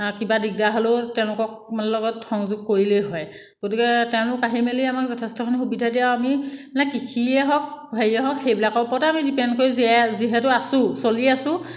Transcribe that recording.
কিবা দিগদাৰ হ'লেও তেওঁলোকক লগত সংযোগ কৰিলেই হয় গতিকে তেওঁলোক আহি মেলি আমাক যথেষ্টখিনি সুবিধা দিয়ে আৰু আমি মানে কৃষিয়ে হওক হেৰিয়ে হওক সেইবিলাকৰ ওপৰতে আমি ডিপেন কৰি জীয়াই যিহেতু আছো চলি আছো